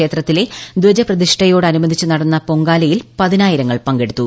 ക്ഷേത്ര്തിലെ ധജ പ്രതിഷ്ഠയോട് അനുബന്ധിച്ചു നടന്ന പൊങ്കാലിയിൽ ്പതിനായിരങ്ങൾ പങ്കെടുത്തു